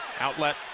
Outlet